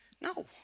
No